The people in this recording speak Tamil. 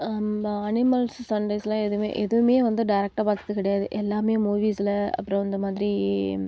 அணிமல்ஸ் சண்டைஸ்லாம் எதுவுமே எதுவுமே வந்து டேரக்டாக பார்த்தது கிடையாது எல்லாமே வந்து மூவிஸில் அப்புறோம் இந்த மாதிரி